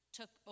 took